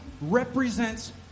represents